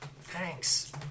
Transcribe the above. Thanks